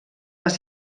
les